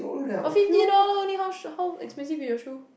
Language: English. oh fifty dollar only how how expensive with your shoe